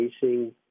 facing